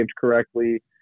correctly